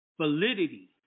validity